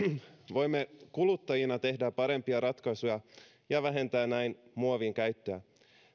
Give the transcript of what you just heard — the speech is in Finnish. voimme kuluttajina tehdä parempia ratkaisuja ja vähentää näin muovin käyttöä